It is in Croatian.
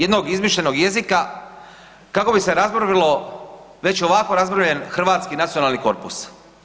Jednog izmišljenog jezika kako bi se razmrvilo već ovako razmrvljen hrvatski nacionalni korpus.